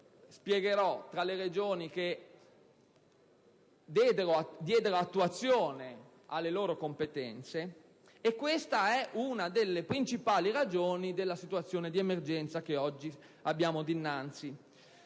spiegherò, tra le Regioni che diedero attuazione alle loro competenze, e questa è una delle principali ragioni della situazione di emergenza che oggi abbiamo dinnanzi.